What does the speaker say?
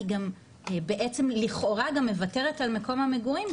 היא גם בעצם לכאורה גם מוותרת על מקום המגורים,